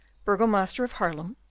burgomaster of haarlem,